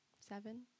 seven